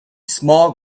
small